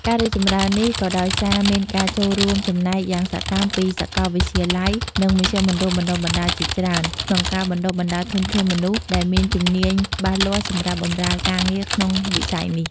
ការរីកចម្រើននេះក៏ដោយសារមានការចូលរួមចំណែកយ៉ាងសកម្មពី សាកលវិទ្យាល័យ និងមជ្ឈមណ្ឌលបណ្ដុះបណ្ដាលជាច្រើន ក្នុងការបណ្ដុះបណ្ដាលធនធានមនុស្សដែលមានជំនាញច្បាស់លាស់សម្រាប់បម្រើការងារក្នុងវិស័យនេះ។